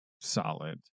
solid